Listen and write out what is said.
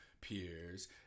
peers